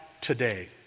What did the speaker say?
today